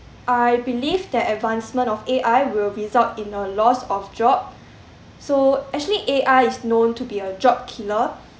I believe that advancement of A_I will result in the loss of job so actually A_I is known to be a job killer